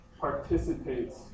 Participates